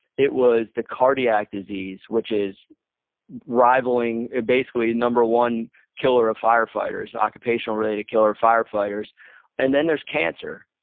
it was the cardiac disease, which is rivaling basically number one killer of firefighters, occupational related killer of firefighters and then there's cancer.